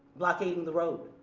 blockading the road.